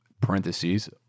parentheses